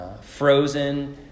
frozen